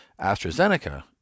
AstraZeneca